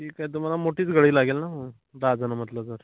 ठीक आहे तुम्हाला मोठीच गडी लागेल न मग दहा जण म्हटलं तर